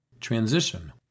transition